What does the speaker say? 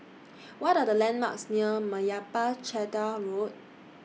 What Are The landmarks near Meyappa Chettiar Road